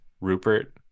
Rupert